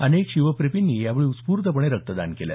अनेक शिवप्रेमींनी यावेळी उत्स्फूर्तपणे रक्तदान केलं